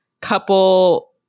couple